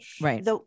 right